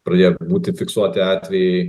pradėjo būti fiksuoti atvejai